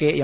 K M